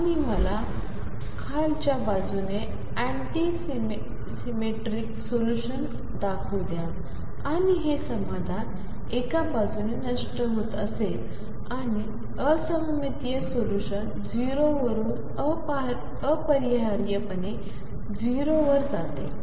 आणि मला खालच्या बाजूने अँटी सिमेट्रिक सोल्युशन दाखवू द्या आणि हे समाधान एका बाजूने नष्ट होत असेल आणि असममितीय सोल्यूशन 0 वरून अपरिहार्यपणे 0 वर जाते